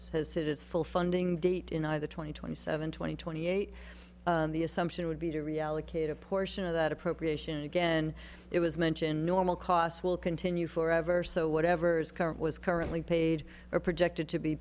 hit its full funding date in either twenty twenty seven twenty twenty eight the assumption would be to reallocate a portion of that appropriation again it was mentioned normal costs will continue forever so whatever is current was currently paid or projected to be